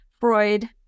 freud